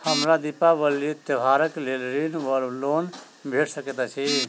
हमरा दिपावली त्योहारक लेल ऋण वा लोन भेट सकैत अछि?